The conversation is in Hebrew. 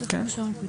כן.